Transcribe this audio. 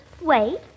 wait